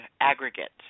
aggregate